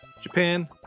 Japan